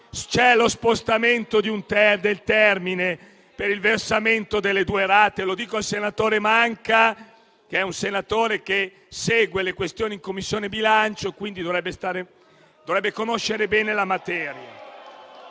C'è lo spostamento di un termine per il versamento delle due rate. Lo dico al senatore Manca, che segue le questioni in Commissione bilancio e quindi dovrebbe conoscere bene la materia.